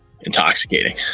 intoxicating